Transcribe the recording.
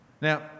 Now